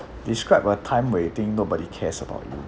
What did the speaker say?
describe a time when you think nobody cares about you